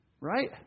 Right